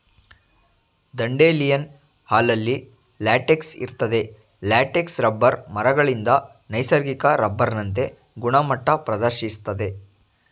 dandelion ಹಾಲಲ್ಲಿ latex ಇರ್ತದೆ latex rubber ಮರಗಳಿಂದ ನೈಸರ್ಗಿಕ ರಬ್ಬರ್ನಂತೆ ಗುಣಮಟ್ಟ ಪ್ರದರ್ಶಿಸ್ತದೆ